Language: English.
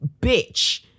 bitch